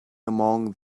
among